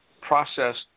processed